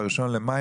ב-1 במאי,